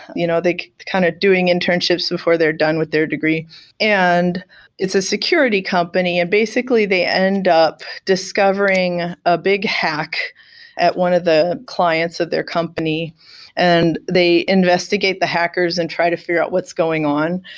you know kind of doing internships before they're done with their degree and it's a security company. and basically they end up discovering a big hack at one of the clients of their company and they investigate the hackers and try to figure out what's going on.